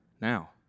now